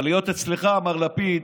אבל אצלך, מר לפיד,